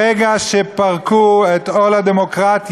ברגע שפרקו את עול הדמוקרטיה,